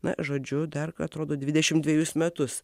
na žodžiu dar atrodo dvidešimt dvejus metus